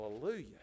Hallelujah